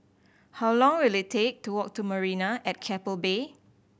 how long will it take to walk to Marina at Keppel Bay